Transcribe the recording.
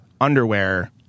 underwear